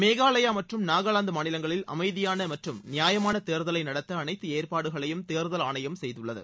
மேகாலயா மற்றும் நாகாலாந்து மாநிலங்களில் அமைதியான மற்றும் நியாயமான தேர்தலை நடத்த அனைத்து ஏற்பாடுகளையும் தேர்தல் ஆணையம் செய்துள்ளது